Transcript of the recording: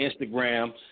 Instagram